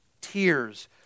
Tears